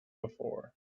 before